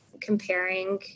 comparing